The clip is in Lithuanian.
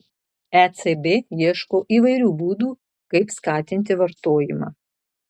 ecb ieško įvairių būdų kaip skatinti vartojimą